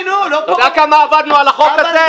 אתה יודע כמה עבדנו על החוק הזה?